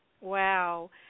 Wow